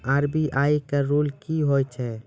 RBI का rule क्या हैं?